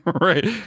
Right